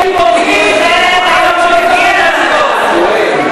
אתם גיבורים, אני מייחלת ליום שתגיע לוועדה.